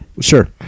sure